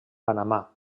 panamà